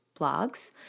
blogs